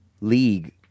league